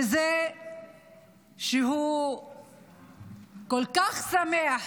בזה שהוא כל כך שמח